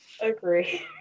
Agree